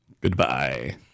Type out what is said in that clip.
Goodbye